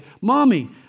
Mommy